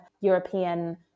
European